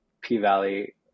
P-Valley